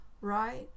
right